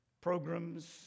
Programs